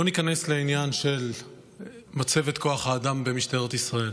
לא ניכנס לעניין של מצבת כוח האדם במשטרת ישראל.